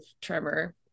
tremor